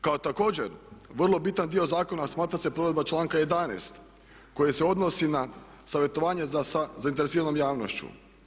Kao također vrlo bitan dio zakona smatra se provedba članka 11. koje se odnosi na savjetovanje sa zainteresiranom javnošću.